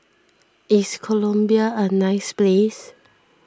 is Colombia a nice place